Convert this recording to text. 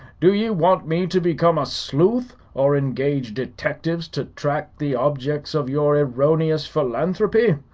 do ye want me to become a sleuth, or engage detectives to track the objects of your erroneous philanthropy?